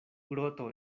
groto